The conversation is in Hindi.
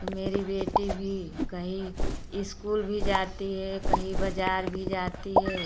तो मेरी बेटी भी कहीं इस्कूल भी जाती है कहीं बाजार भी जाती है